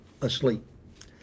asleep